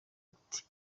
ati